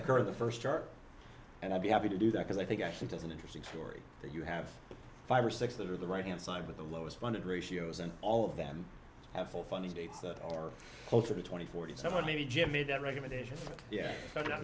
are the first arc and i'd be happy to do that because i think actually does an interesting story that you have five or six that are the right hand side with the lowest funded ratios and all of them have full funding dates that are closer to twenty forty seven maybe jim made that recommendation yeah but not